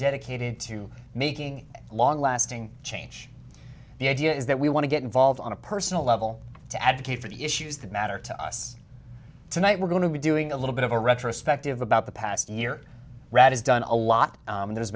dedicated to making a long lasting change the idea is that we want to get involved on a personal level to advocate for the issues that matter to us tonight we're going to be doing a little bit of a retrospective about the past year rad is done a lot